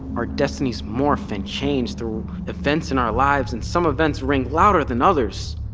our destinies morph and change through events in our lives and some events ring louder than others.